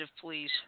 please